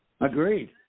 Agreed